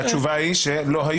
והתשובה היא שלא היו?